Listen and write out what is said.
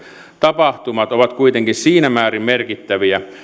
tapahtumat ovat kuitenkin siinä määrin merkittäviä